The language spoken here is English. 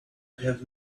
have